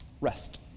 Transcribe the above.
Rest